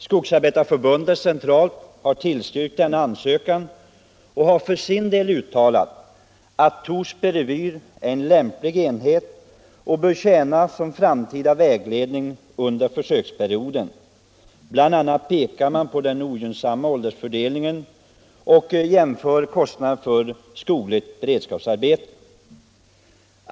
Skogsarbetareförbundet centralt har tillstyrkt denna ansökan och har för sin del uttalat att Torsby revir är en lämplig enhet och att resultaten där bör tjäna som framtida vägledning under försöksperioden. Bl. a. pekar man på den ogynnsamma åldersfördelningen och jämför kostnaden för skogligt beredskapsarbete.